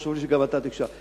חשוב לי שגם אתה תשמע,